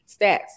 stats